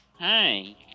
Hi